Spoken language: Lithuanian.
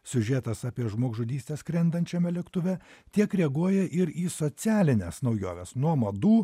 siužetas apie žmogžudystę skrendančiame lėktuve tiek reaguoja ir į socialines naujoves nuo madų